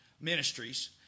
ministries